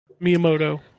Miyamoto